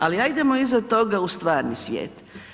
Ali ajdemo iza toga u stvarni svijet.